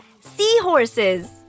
seahorses